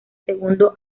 segundo